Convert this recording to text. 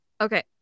Okay